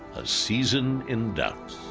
a season in doubt.